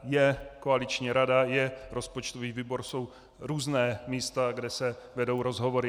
Je koaliční rada, je rozpočtový výbor, jsou různá místa, kde se vedou rozhovory.